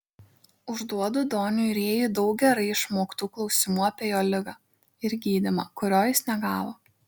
užduodu doniui rėjui daug gerai išmoktų klausimų apie jo ligą ir gydymą kurio jis negavo